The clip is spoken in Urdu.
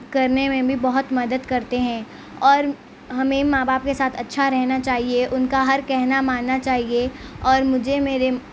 کرنے میں بھی بہت مدد کرتے ہیں اور ہمیں ماں باپ کے ساتھ اچھا رہنا چاہیے ان کا ہر کہنا ماننا چاہیے اور مجھے میرے